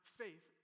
faith